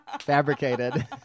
Fabricated